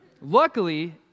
Luckily